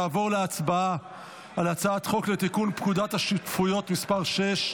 נעבור להצבעה על הצעת חוק לתיקון פקודת השותפויות (מס' 6),